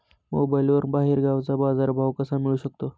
मोबाईलवर बाहेरगावचा बाजारभाव कसा कळू शकतो?